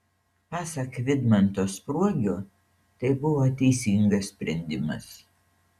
pasak vidmanto spruogio tai buvo teisingas sprendimas